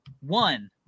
one